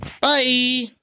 Bye